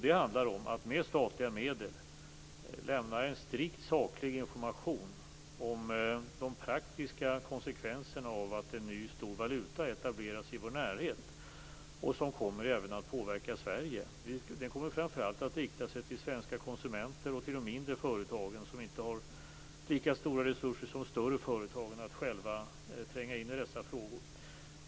Det handlar om att med statliga medel lämna en strikt saklig information om de praktiska konsekvenserna av att en ny stor valuta etableras i vår närhet som även kommer att påverka Sverige. Den kommer framför allt att rikta sig till svenska konsumenter och till de mindre företagen, som inte har lika stora resurser som de större företagen att själva tränga in i dessa frågor.